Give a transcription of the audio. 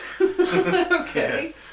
Okay